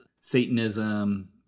Satanism